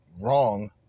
wrong